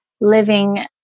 living